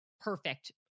perfect